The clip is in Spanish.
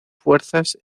fuerzas